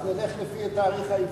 אולי אפשר ללכת לפי התאריך העברי?